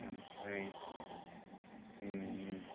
ओमफ्राय ओम